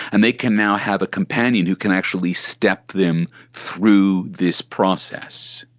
and they can now have a companion who can actually step them through this process.